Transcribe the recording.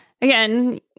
again